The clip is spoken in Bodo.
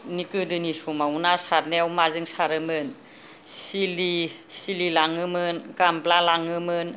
नि गोदोनि समाव ना सारनायाव माजों सारोमोन सिलि सिलि लाङोमोन गामला लाङोमोन